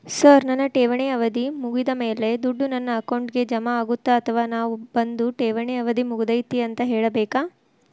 Sir ನನ್ನ ಠೇವಣಿ ಅವಧಿ ಮುಗಿದಮೇಲೆ, ದುಡ್ಡು ನನ್ನ ಅಕೌಂಟ್ಗೆ ಜಮಾ ಆಗುತ್ತ ಅಥವಾ ನಾವ್ ಬಂದು ಠೇವಣಿ ಅವಧಿ ಮುಗದೈತಿ ಅಂತ ಹೇಳಬೇಕ?